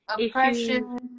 oppression